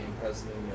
president